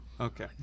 Okay